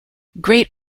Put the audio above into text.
great